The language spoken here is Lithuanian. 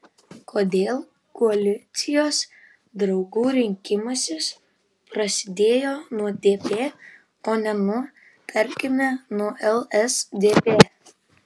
kodėl koalicijos draugų rinkimasis prasidėjo nuo dp o ne nuo tarkime nuo lsdp